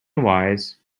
wise